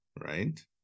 right